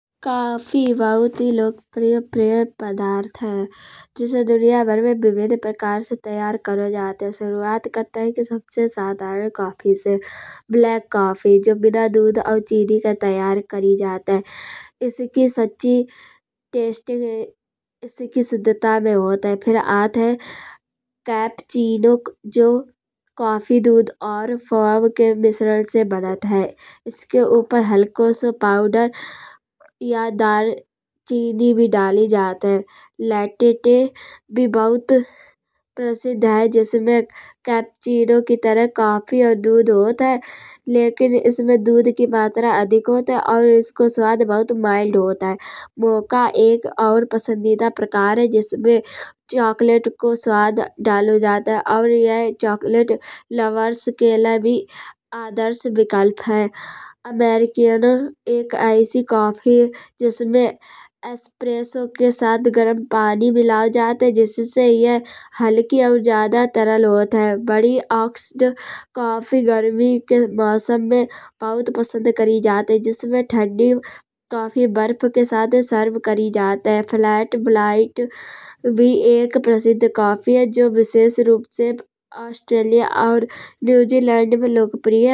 कॉफ़ी बहुत ही लोकप्रिय पय पदार्थ है। जिसे दुनिया भर में विभिन्न प्रकार से तैयार करो जात है। शुरुआत करतई कि सबसे साधारण कॉफ़ी से ब्लैक कॉफ़ी। जो बिना दूध और चीनी ते तैयार करी जात है। इसकी सच्ची टेस्टिंग इसकी शुद्धता में होत है। फिर आत है कैपचिनो जो कॉफ़ी दूध और फोम के मिश्रण से बनत है। इसके ऊपर हल्को सो पाउडर्या दालचीनी भी डाली जात है। लाटिटिक भी बहुत प्रसिद्ध है। जिसमें कैपचीनो की तरह कॉफ़ी और दूध होत है। लेकिन इसमें दूध की मात्रा अधिक होत है। और इसको स्वाद बहुत माइल्ड होत है। मोक्का एक और पसंदीदा प्रकार है। जिसमें चॉकलेट को स्वाद डालो जात है। और यह चॉकलेट लवर्स के लिए भी आदर्श विकल्प है। अमेरीक्यान एक ऐसी कॉफ़ी जिसमें एस्प्रेसो के साथ गरम पानी मेइलो जात है। जिससे यह हल्की और ज्यादा तरल होत है। बडी ऑक्सेड कॉफ़ी गर्मी के मौसम में बहुत पसंद करी जात है। जिसमें ठंडी कॉफ़ी बर्फ के साथ सर्व करी जात है। फ़्लैट व्हाइट भी एक प्रसिद्ध कॉफ़ी है। जो विशेष रूप ऑस्ट्रेलिया और न्यूज़ीलैंड में लोकप्रिय है।